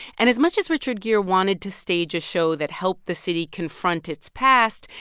and as much as richard geer wanted to stage a show that helped the city confront its past,